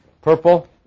purple